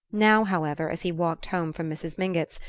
now, however, as he walked home from mrs. mingott's,